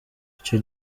icyo